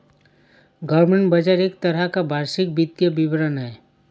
government budget एक तरह का वार्षिक वित्तीय विवरण है